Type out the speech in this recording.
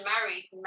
married